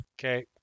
Okay